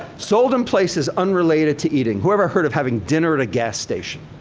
sold in places unrelated to eating. whoever heard of having dinner at a gas station?